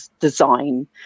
design